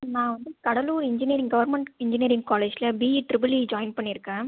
நான் வந்து Cuddalore engineering government engineering காலேஜ்யில் பிஇ ட்ரிபிள்இ ஜாயின் பண்ணிருக்கேன்